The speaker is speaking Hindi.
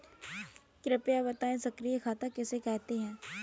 कृपया बताएँ सक्रिय खाता किसे कहते हैं?